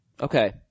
Okay